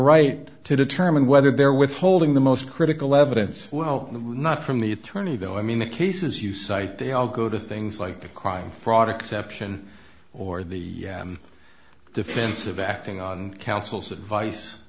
right to determine whether they're withholding the most critical evidence well not from the attorney though i mean the cases you cite they all go to things like the crime fraud exception or the defense of acting on counsel's advice